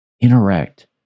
interact